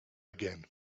again